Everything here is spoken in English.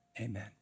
amen